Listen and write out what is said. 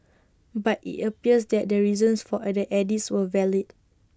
but IT appears that the reasons for A the edits were valid